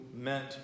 meant